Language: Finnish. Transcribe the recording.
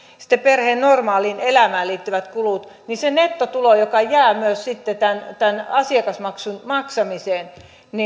sitten perheen normaaliin elämään liittyvät kulut niin sillä nettotulolla joka jää myös sitten tämän tämän asiakasmaksun maksamiseen